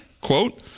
Quote